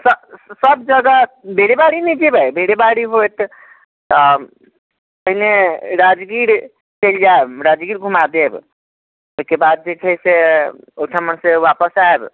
सँ सभ जगह बेरे बारी ने जयबै बेरे बारी होयत तऽ पहिने राजगीर चलि जायब राजगीर घुमा देब ताहिके बाद जे छै से ओहिठमा से आपस आयब